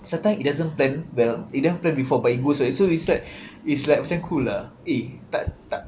sometimes it doesn't plan well it doesn't plan before but it goes well so it's like it's like macam cool lah eh tak tak